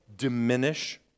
diminish